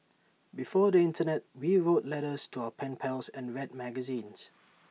before the Internet we wrote letters to our pen pals and read magazines